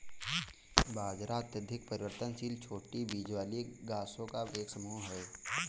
बाजरा अत्यधिक परिवर्तनशील छोटी बीज वाली घासों का एक समूह है